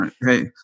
Hey